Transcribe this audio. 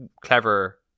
clever